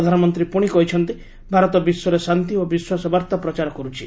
ପ୍ରଧାନମନ୍ତ୍ରୀ ପୁଣି କହିଛନ୍ତି ଭାରତ ବିଶ୍ୱରେ ଶାନ୍ତି ଓ ବିଶ୍ୱାସ ବାର୍ତ୍ତା ପ୍ରଚାର କରୁଛି